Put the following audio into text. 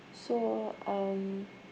so um